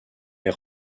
est